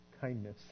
kindness